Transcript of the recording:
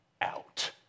out